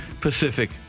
Pacific